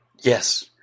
Yes